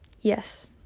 Yes